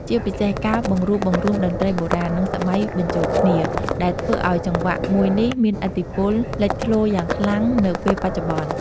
ជាពិសេសការបង្រួបបង្រួមតន្ត្រីបុរាណ និងសម័យបញ្ចូនគ្នា ដែលធ្វើអោយចង្វាក់មួយនេះមានឥទ្ធិពលលេចធ្លោយ៉ាងខ្លាំងនៅពេលបច្ចុប្បន្ន។